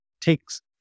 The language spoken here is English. takes